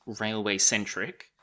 railway-centric